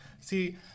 See